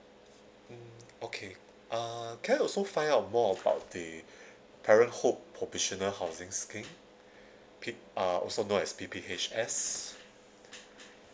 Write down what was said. mm okay uh can I also find out more about the parenthood provisional housing scheme P uh also known as P_P_H_S